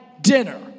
dinner